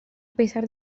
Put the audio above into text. pesar